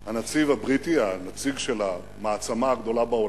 הנציב הבריטי, הנציג של המעצמה הגדולה בעולם.